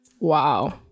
wow